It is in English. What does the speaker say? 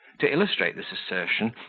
to illustrate this assertion,